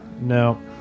No